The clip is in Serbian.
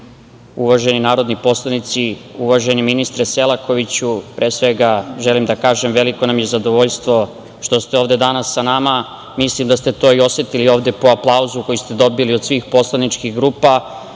narodni poslanici, uvaženi ministre Selakoviću, pre svega, želim da kažem da nam je veliko zadovoljstvo što ste ovde danas sa nama. Mislim da ste to i osetili ovde po aplauzu koji ste dobili od svih poslaničkih grupa,